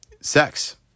sex